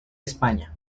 españa